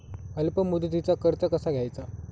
अल्प मुदतीचा कर्ज कसा घ्यायचा?